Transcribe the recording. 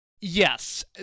Yes